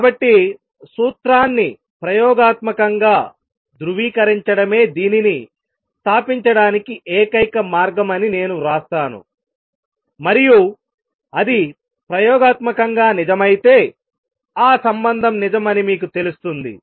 కాబట్టి సూత్రాన్ని ప్రయోగాత్మకంగా ధృవీకరించడమే దీనిని స్థాపించడానికి ఏకైక మార్గం అని నేను వ్రాస్తాను మరియు అది ప్రయోగాత్మకంగా నిజమైతే ఆ సంబంధం నిజం అని మీకు తెలుస్తుంది